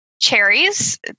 cherries